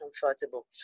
comfortable